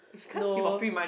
no